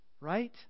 Right